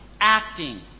acting